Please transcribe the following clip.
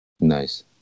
nice